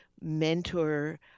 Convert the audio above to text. mentor